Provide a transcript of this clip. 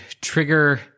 trigger